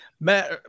Matt